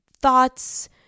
thoughts